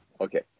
Okay